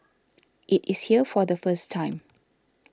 it is here for the first time